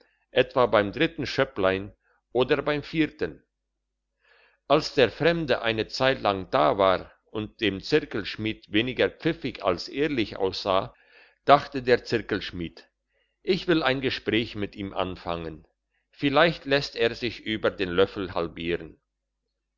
etwa beim dritten schöpplein oder beim vierten als der fremde eine zeitlang da war und dem zirkelschmied weniger pfiffig als ehrlich aussah dachte der zirkelschmied ich will ein gespräch mit ihm anfangen vielleicht lässt er sich über den löffel halbieren